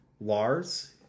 Lars